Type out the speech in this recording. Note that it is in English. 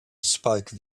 spoke